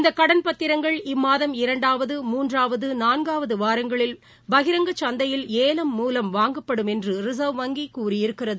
இந்தகடன் பத்திரங்கள் இம்மாதம் இரண்டாவது மூன்றாவது நான்காவதுவாரங்களில் பகிரங்க சந்தையில் ஏலம் மூலம் வாங்கப்படும் என்றும் ரிசா்வ் வங்கிகூறியிருக்கிறது